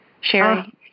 Sherry